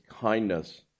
kindness